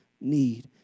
need